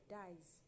dies